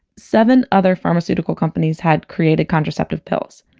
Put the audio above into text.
seven other pharmaceutical companies had created contraceptive pills.